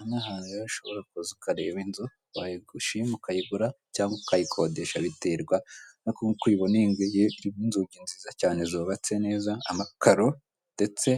Aha ni ahantu rero ushobora kuza ukareba inzu wayigushima ukayigura cyangwa ukayikodesha biterwa nk'uku nguku uyibona iyi ngiyi inzugi irimo nziza cyane zubatse neza amakaro ndetse